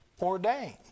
ordained